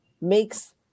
makes